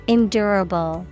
Endurable